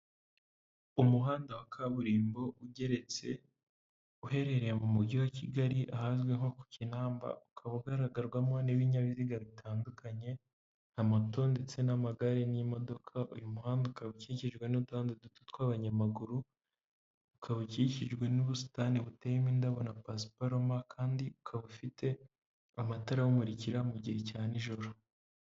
Umuhanda wa kaburimbo ugeretse, uherereye mu Mujyi wa Kigali ahazwi nko ku Kinamba, ukaba ugaragarwamo n'ibinyabiziga bitandukanye nka moto ndetse n'amagare n'imodoka, uyu muhanda ukaba ukikijwe n'uduhanda duto tw'abanyamaguru, ukaba ukikijwe n'ubusitani buteyemo indabo na pasiparomu kandi ukaba ufite amatara awumurikira mu gihe cya nijoro.